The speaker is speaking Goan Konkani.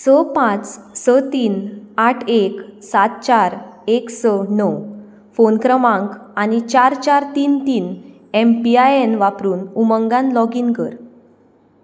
स पांच स तीन आठ एक सात चार एक स णव फोन क्रमांक आनी चार चार तीन तीन एम पी आय एन वापरून उमंगात लॉगीन कर